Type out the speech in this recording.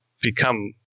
become